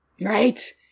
right